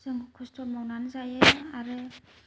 जों खस्ट' मावनानै जायो आरो